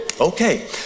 Okay